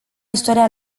istoria